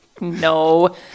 No